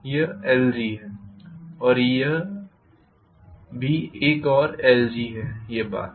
यह lg है यह भी एक और lg है यह बात है